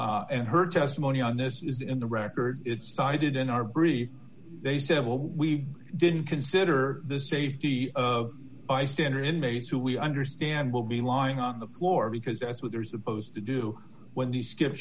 her and her testimony on this is in the record it's cited in our bri they said well we didn't consider the safety of bystander inmates who we understand will be lying on the floor because that's what there's opposed to do when the skip